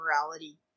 morality